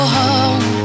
home